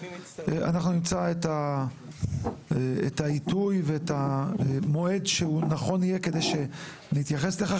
אנחנו נמצא את העיתוי ואת המועד שהוא נכון יהיה כדי שנתייחס לכך,